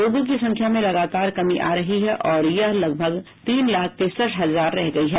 रोगियों की संख्या में लगातार कमी आ रही है और यह लगभग तीन लाख तिरसठ हजार रह गई है